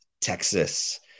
Texas